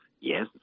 Yes